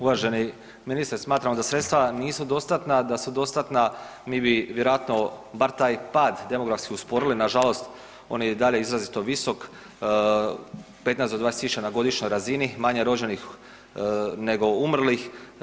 Uvaženi ministre, smatramo da sredstva nisu dostatna, da su dostatna mi bi vjerojatno bar taj pad demografski usporili, nažalost on je i dalje izrazito visok 15 do 20.000 na godišnjoj razini manje rođenih nego umrlih.